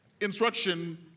instruction